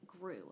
grew